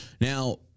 Now